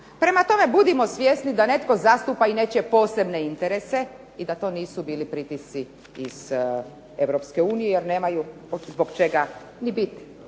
Prema tome, budimo svjesni da netko zastupa i nečije posebne interese i da to nisu bili pritisci iz Europske unije jer nemaju zbog čega ni biti.